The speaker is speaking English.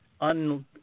un-